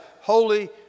holy